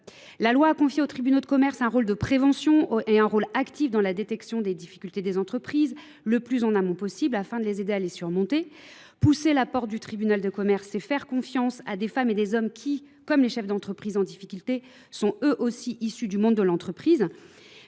La loi a confié au tribunal de commerce un rôle de prévention et un rôle actif dans la détection des difficultés des entreprises le plus en amont possible afin de les aider à les surmonter. Pousser la porte du tribunal de commerce, c'est faire confiance à des femmes et des hommes qui, comme les chefs d'entreprise en difficulté, sont eux aussi issus du monde de l'entreprise.